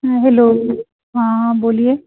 हम्म hello हाँ हाँ बोलिए